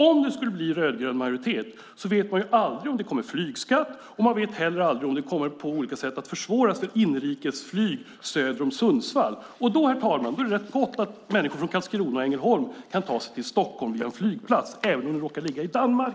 Om det skulle bli en rödgrön majoritet vet man aldrig om det kommer en flygskatt, och man vet heller aldrig om det på olika sätt kommer att försvåra för inrikesflyg söder om Sundsvall. Och då, herr talman, är det bra att människor från Karlskrona och Ängelholm kan ta sig till Stockholm via en flygplats även om den råkar ligga i Danmark.